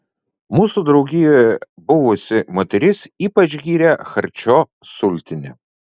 mūsų draugijoje buvusi moteris ypač gyrė charčio sultinį